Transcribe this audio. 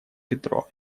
петро